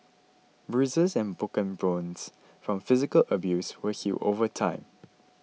bruises and broken bones from physical abuse will heal over time